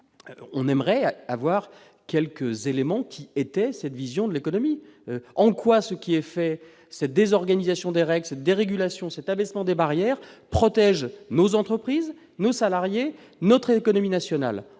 on aimerait avoir quelques éléments qui était cette vision de l'économie en quoi ce qui est fait cette désorganisation Derek cette dérégulation cet abaissement des barrières protège nos entreprises, nos salariés notre économie nationale